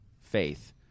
faith